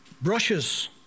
brushes